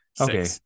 Okay